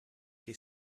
che